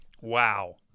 Wow